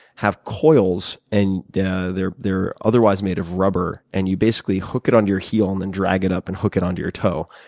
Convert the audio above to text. have coils. and yeah they're they're otherwise made of rubber, and you basically hook it onto your heel, and and drag it up, and hook it onto your toe.